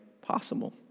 possible